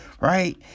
right